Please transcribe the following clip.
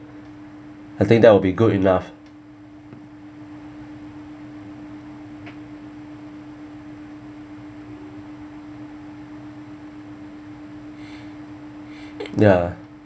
I think that will be good enough ya